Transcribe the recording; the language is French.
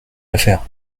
affaire